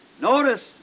Notice